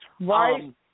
Right